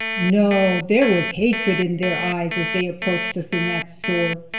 no! there was hatred in their eyes as they approached us in that store,